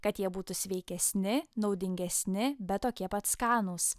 kad jie būtų sveikesni naudingesni bet tokie pat skanūs